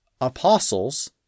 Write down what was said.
apostles